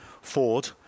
Ford